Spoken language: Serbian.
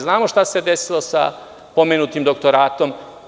Znamo šta se desilo sa pomenutim doktoratom.